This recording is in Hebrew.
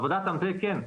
עבודת מטה כן,